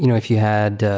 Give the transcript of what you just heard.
you know if you had,